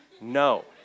No